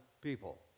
people